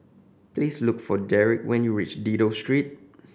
please look for Derick when you reach Dido Street